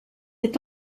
est